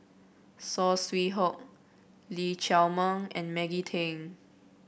Saw Swee Hock Lee Chiaw Meng and Maggie Teng